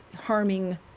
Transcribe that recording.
harming